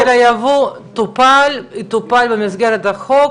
לא, הנושא של היבוא יטופל במסגרת החוק,